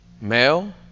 Male